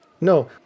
no